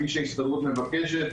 כפי שההסתדרות מבקשת,